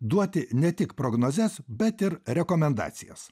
duoti ne tik prognozes bet ir rekomendacijas